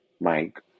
Mike